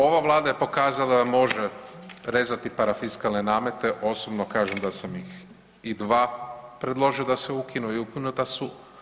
Ova Vlada je pokazala da može rezati parafiskalne namete, osobno kažem da sam ih i 2 predložio da se ukinu i ukinuta su.